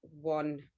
one